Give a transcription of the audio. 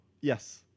yes